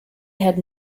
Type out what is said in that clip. had